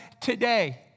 today